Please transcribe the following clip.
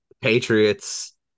Patriots